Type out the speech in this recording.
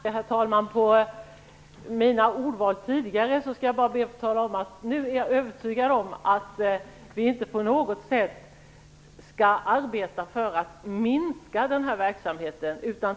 Herr talman! Med tanke på mina ordval tidigare skall jag bara be att få tala om att ja nu är övertygad om att vi inte på något sätt skall arbeta för att minska den här verksamheten.